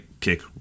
kick